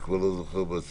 אני כבר לא זוכר בעצמי.